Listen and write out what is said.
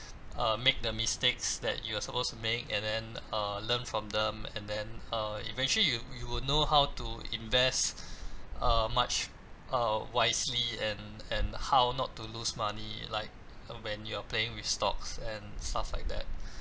uh make the mistakes that you are supposed to make and then uh learn from them and then uh eventually you you would know how to invest uh much uh wisely and and how not to lose money like when you're playing with stocks and stuff like that